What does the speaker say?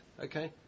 okay